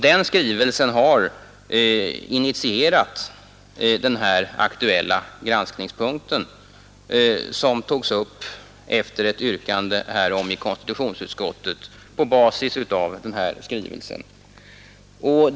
Den skrivelsen har initierat den aktuella granskningspunkten, som togs upp efter ett yrkande härom i konstitutionsutskottet på basis av skrivelsen.